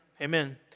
amen